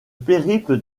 périple